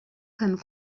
comme